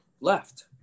left